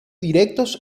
directos